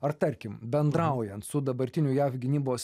ar tarkim bendraujant su dabartiniu jav gynybos